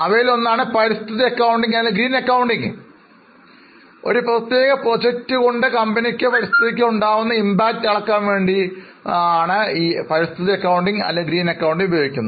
അവയിലൊന്നാണ് പരിസ്ഥിതി അക്കൌണ്ടിംഗ് അല്ലെങ്കിൽ green accounting ഒരു പ്രത്യേക പ്രോജക്റ്റിനു കമ്പനിയ്ക്കോ പരിസ്ഥിതി വരുത്തുന്ന ആഘാതം അളക്കാൻ ഞാൻ വേണ്ടി ഇവ ഉപയോഗിക്കുന്നു